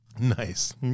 Nice